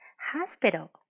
hospital